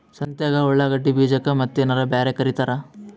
ಸಂತ್ಯಾಗ ಉಳ್ಳಾಗಡ್ಡಿ ಬೀಜಕ್ಕ ಮತ್ತೇನರ ಬ್ಯಾರೆ ಕರಿತಾರ?